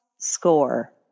score